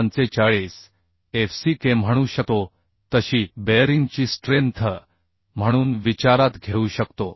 45fckम्हणू शकतो तशी बेअरिंगची स्ट्रेन्थ म्हणून विचारात घेऊ शकतो